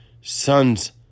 Sons